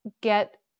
get